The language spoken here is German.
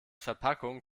verpackung